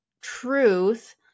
truth